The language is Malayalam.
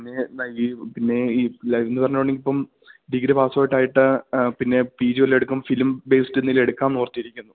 പിന്നേ ഈ പിന്നെ ഈ പ്ലസ്ന്ന് പറഞ്ഞോണ്ടെങ്കി ഇപ്പം ഡിഗ്രി പാസ് ഔട്ടായിട്ട് പിന്നെ പിജി വല്ലോം എടുക്കും ഫിലിം ബേസ്ഡ് എന്തെങ്കിലും എടുക്കാന്നോർത്തിരിക്കുന്നു